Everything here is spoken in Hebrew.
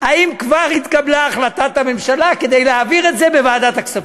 אם כבר התקבלה החלטת הממשלה כדי להעביר את זה בוועדת הכספים.